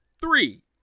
three